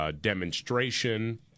demonstration